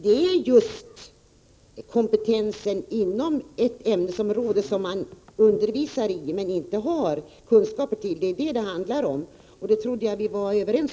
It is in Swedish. Det är just om kompetensen inom ett ämnesområde där man undervisar men inte har kunskaper som det handlar. Om det trodde jag att vi var överens.